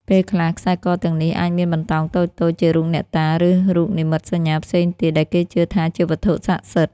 ពេលខ្លះ ខ្សែកទាំងនេះអាចមានបន្តោងតូចៗជារូបអ្នកតា ឬរូបនិមិត្តសញ្ញាផ្សេងទៀតដែលគេជឿថាជាវត្ថុស័ក្តិសិទ្ធិ។